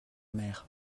mer